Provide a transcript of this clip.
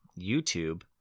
youtube